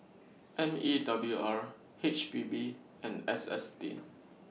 M E W R H P B and S S T